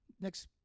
Next